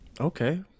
Okay